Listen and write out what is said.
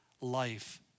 life